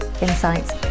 insights